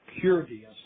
purity